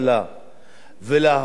ולהפוך את הנושא,